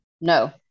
No